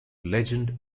legend